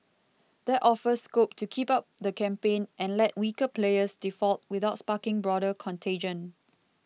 that offers scope to keep up the campaign and let weaker players default without sparking broader contagion